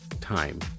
time